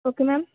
okay ma'am